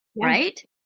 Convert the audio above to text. right